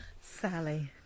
Sally